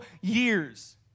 years